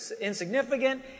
insignificant